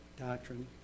doctrine